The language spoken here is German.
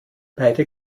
beide